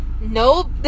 Nope